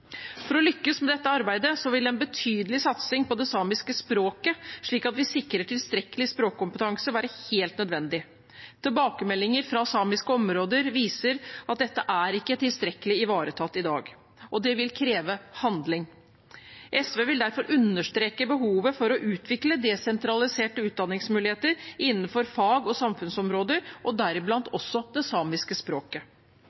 For å lykkes med dette arbeidet vil en betydelig satsing på det samiske språket, slik at vi sikrer tilstrekkelig språkkompetanse, være helt nødvendig. Tilbakemeldinger fra samiske områder viser at dette ikke er tilstrekkelig ivaretatt i dag, og det vil kreve handling. SV vil derfor understreke behovet for å utvikle desentraliserte utdanningsmuligheter innenfor fag og samfunnsområder, deriblant